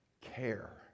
care